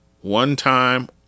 one-time